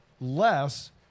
less